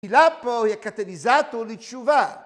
תפילה פה היא קטליזטור לתשובה